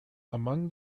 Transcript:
among